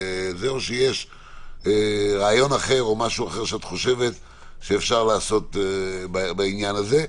או שיש רעיון אחר או משהו אחר שאת חושבת שאפשר לעשות בעניין הזה,